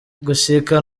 gushika